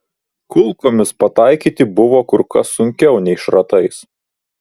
kulkomis pataikyti buvo kur kas sunkiau nei šratais